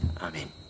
Amen